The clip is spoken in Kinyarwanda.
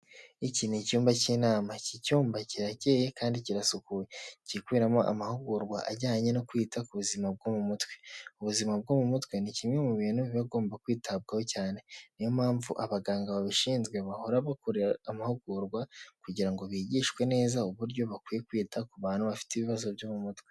Iki ni icyumba cy'inama, iki cyumba kirakeye kandi kirasukuye, kiri kuberamo amahugurwa ajyanye no kwita ku buzima bwo mu mutwe, ubuzima bwo mu mutwe ni kimwe mu bintu biba bigomba kwitabwaho cyane, ni yo mpamvu abaganga babishinzwe bahora bakora amahugurwa kugira ngo bigishwe neza uburyo bakwiye kwita ku bantu bafite ibibazo byo mu mutwe.